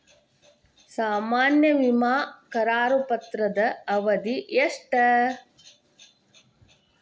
ಸಾಮಾನ್ಯ ವಿಮಾ ಕರಾರು ಪತ್ರದ ಅವಧಿ ಎಷ್ಟ?